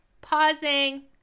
Pausing